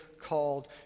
called